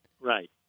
Right